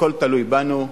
הכול תלוי בנו,